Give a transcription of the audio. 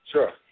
Sure